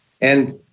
And-